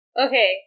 Okay